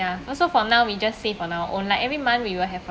ya so for now we just save on our own lah every month we will have a